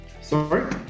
Sorry